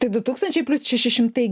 tai du tūkstančiai plius šeši šimtai